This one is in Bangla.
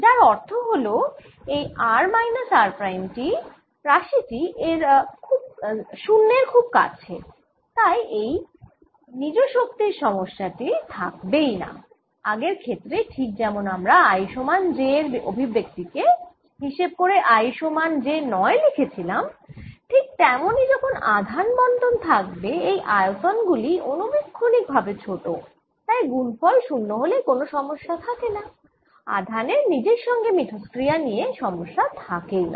যার অর্থ হল এই r মাইনাস r প্রাইম রাশি টি 0 এর খুব কাছে তাই এই নিজ শক্তির সমস্যা টি থাকবেই না আগের ক্ষেত্রে ঠিক যেমন আমরা i সমান j এর অভিব্যক্তি কে হিসেব করে i সমান j নয় লিখেছিলাম ঠিক তেমনই যখন আধান বণ্টন থাকবে এই আয়তন গুলি অণুবীক্ষণিক ভাবে ছোট তাই গুনফল 0 হলে কোন সমস্যা থাকে না আধানের নিজের সঙ্গে মিথষ্ক্রিয়া নিয়ে সমস্যা থাকেই না